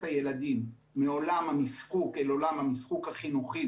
הילדים מעולם המשחוק אל עולם המשחוק החינוכי.